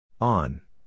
On